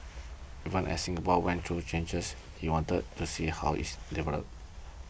even as Singapore went to changes he wanted to see how it's developed